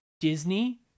disney